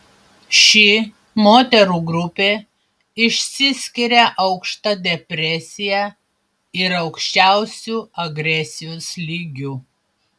ši moterų grupė išsiskiria aukšta depresija ir aukščiausiu agresijos lygiu